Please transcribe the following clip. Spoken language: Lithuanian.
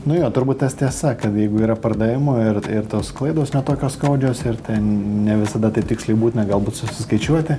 nu jo turbūt tas tiesa kad jeigu yra pardavimo ir ir tos klaidos ne tokios skaudžios ir ten ne visada taip tiksliai būtina galbūt susiskaičiuoti